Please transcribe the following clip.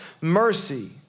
mercy